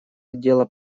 отдела